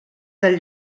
del